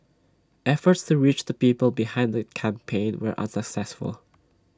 efforts to reach the people behind that campaign were unsuccessful